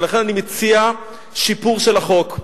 לכן אני מציע שיפור של החוק.